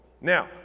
now